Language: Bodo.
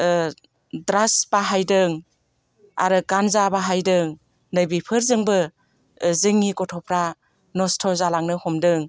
ड्राग्स बाहायदों आरो गानजा बाहायदों नैबिफोरजोंबो जोंनि गथ'फ्रा नस्थ' जालांनो हमदों